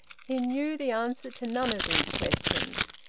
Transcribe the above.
he knew the answer to none of these questions.